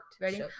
ready